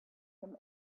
him